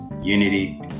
unity